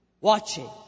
Watching